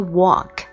walk